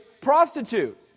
prostitute